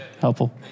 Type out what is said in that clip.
helpful